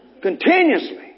Continuously